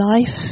life